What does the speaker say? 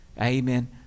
Amen